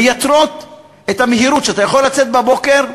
מייתרים את המהירות שאתה יכול לצאת בבוקר,